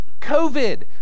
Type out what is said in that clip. COVID